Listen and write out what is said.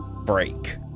break